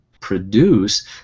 produce